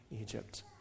Egypt